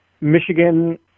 Michigan